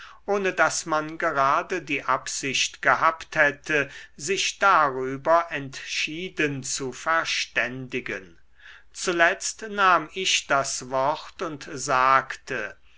ohne daß man gerade die absicht gehabt hätte sich darüber entschieden zu verständigen zuletzt nahm ich das wort und sagte